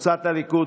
קבוצת סיעת הליכוד,